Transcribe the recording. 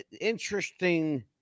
interesting